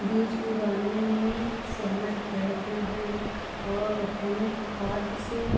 बीज उगाने में सहमत रहते हैं और हमें खाद से